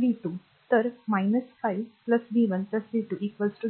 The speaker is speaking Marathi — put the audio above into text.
v 2 तर 5 v 1 v 2 0